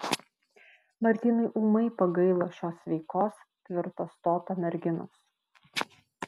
martynui ūmai pagailo šios sveikos tvirto stoto merginos